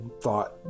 thought